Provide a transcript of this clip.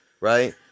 right